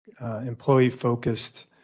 employee-focused